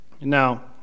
Now